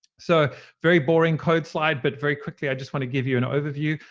so very boring code slide, but very quickly, i just want to give you an overview.